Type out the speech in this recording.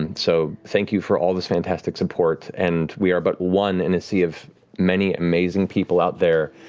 and so thank you for all this fantastic support, and we are but one in a sea of many amazing people out there,